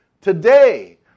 today